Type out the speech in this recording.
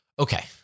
Okay